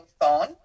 phone